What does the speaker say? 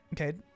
Okay